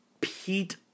Pete